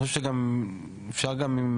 או שאפשר גם עם